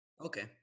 okay